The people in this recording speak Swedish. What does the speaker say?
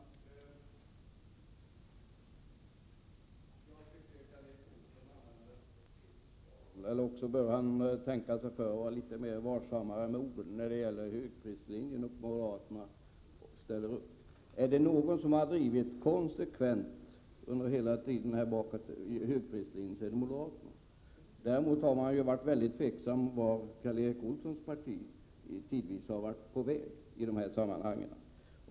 Fru talman! Jag tycker att Karl Erik Olsson använder sig av ett något felaktigt ordval. Han borde tänka sig för och vara litet mera varsam med orden, när han säger att moderaterna nu ställer upp för högprislinjen. Är det något parti som hela tiden konsekvent har drivit högprislinjen, så är det Prot. 1987/88:99 moderaterna. Däremot har det tidvis rått stort tvivel om vart Karl Erik 13 april 1988 Olssons parti har varit på väg i dessa sammanhang.